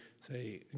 say